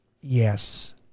yes